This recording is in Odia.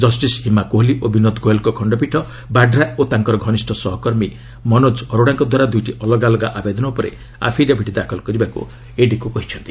ଜଷ୍ଟିସ୍ ହିମା କୋହଲି ଓ ବିନୋଦ ଗୋୟଲ୍ଙ୍କ ଖଣ୍ଡପୀଠ ବାଡ୍ରା ଓ ତାଙ୍କର ଘନିଷ୍ଠ ସହକର୍ମୀ ମନୋକ ଅରୋଡ଼ାଙ୍କଦ୍ୱାରା ଦୁଇଟି ଅଲଗା ଅଲଗା ଆବେଦନ ଉପରେ ଆଫିଡେଭିଟ୍ ଦାଖଲ କରିବାକୁ ଇଡିକୁ କହିଚ୍ଚନ୍ତି